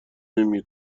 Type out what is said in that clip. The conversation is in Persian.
نمی